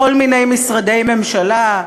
בכל מיני משרדי ממשלה,